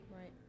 Right